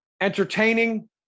entertaining